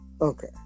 Okay